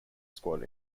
squad